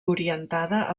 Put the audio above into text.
orientada